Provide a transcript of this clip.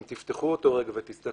אם תפתחו אותו רגע ותסתכלו,